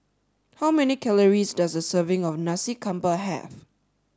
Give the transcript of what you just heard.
how many calories does a serving of Nasi Campur have